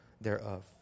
thereof